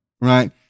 Right